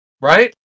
right